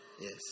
yes